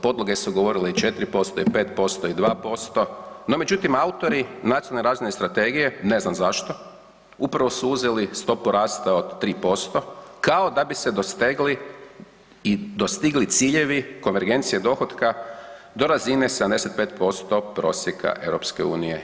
Podloge su govorile i 4% i 5% i 2% no međutim autori Nacionalne razvojne strategije, ne znam zašto, upravo su uzeli stopu rasta od 3% kao da bi se dostigli ciljevi konvergencije dohotka do razine 75% prosjeka EU.